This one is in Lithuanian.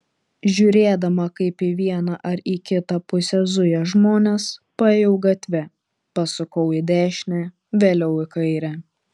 žiūrėdama kaip į vieną ir į kitą pusę zuja žmonės paėjau gatve pasukau į dešinę vėliau į kairę